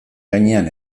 gainean